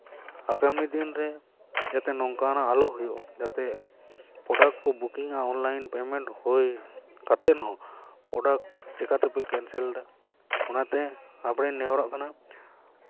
ᱟᱜᱟᱢᱤ ᱫᱤᱱ ᱨᱮ ᱡᱟᱛᱮ ᱱᱚᱝᱠᱟᱱᱟᱜ ᱟᱞᱚ ᱦᱩᱭᱩᱜ ᱡᱟᱛᱮ ᱯᱨᱚᱰᱟᱠᱴ ᱠᱚ ᱵᱩᱠᱤᱝᱟ ᱚᱱᱞᱟᱭᱤᱱ ᱯᱮᱢᱮᱱᱴ ᱦᱩᱭ ᱠᱟᱛᱮᱜ ᱦᱚᱸ ᱯᱨᱚᱰᱟᱠᱴ ᱪᱤᱠᱟᱹ ᱛᱮᱯᱮ ᱠᱮᱱᱥᱮᱞᱫᱟ ᱚᱱᱟᱛᱮ ᱟᱯᱮ ᱴᱷᱮᱱᱤᱧ ᱱᱮᱦᱚᱨᱚᱜ ᱠᱟᱱᱟ